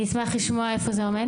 להלן תרגומם: אני אשמח לשמוע איפה עומד